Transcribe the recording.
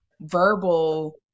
verbal